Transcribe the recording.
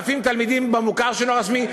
אלפי תלמידים במוכר שאינו רשמי,